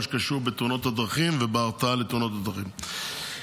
שקשור בתאונות הדרכים ובהרתעה לתאונות הדרכים.